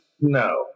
No